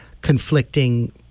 conflicting